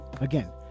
Again